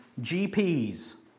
GPs